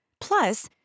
Plus